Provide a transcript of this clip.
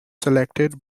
selected